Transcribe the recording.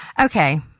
Okay